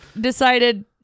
decided